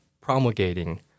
promulgating